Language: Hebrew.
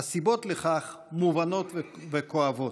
הסיבות לכך מובנות וכואבות,